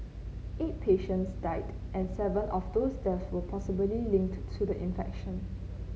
eight patients died and seven of those death were possibly linked to the infection